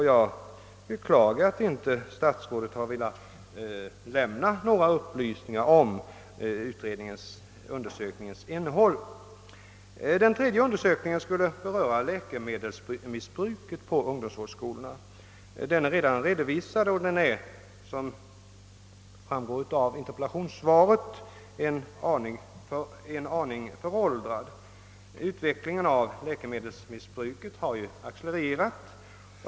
Jag beklagar att statsrådet inte har velat lämna några upplysningar om undersökningens innehåll. Den tredje undersökningen skulle avse läkemedelsmissbruket vid ungdomsvårdsskolorna. Den är redan redovisad och den är, som framgår av interpellationssvaret, en aning föråldrad. Utvecklingen av läkemedelsmissbruket har ju accelererat.